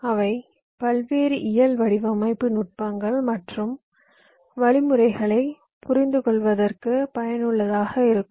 அவை பல்வேறு இயல் வடிவமைப்பு நுட்பங்கள் மற்றும் வழிமுறைகளை புரிந்துகொள்வதற்கு பயனுள்ளதாக இருக்கும்